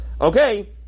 okay